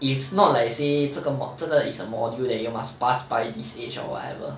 it's not like say 这个 mo~ 这个 is a module that you must pass by this age or whatever